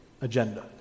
agenda